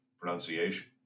pronunciation